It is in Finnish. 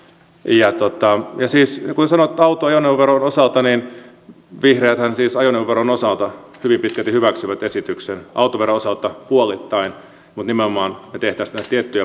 kuten sanottu vihreäthän siis lisäävät autojen veron osaltani piirakat isojen ajoneuvoveron osalta hyvin pitkälti hyväksyvät esityksen autoveron osalta puolittain mutta nimenomaan me tekisimme näitä tiettyjä poikkeuksia sinne